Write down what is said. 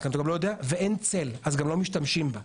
אתה גם לא יודע, ואין צל, אז גם לא משתמשים בה.